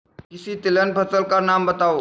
किसी तिलहन फसल का नाम बताओ